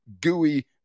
gooey